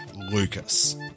Lucas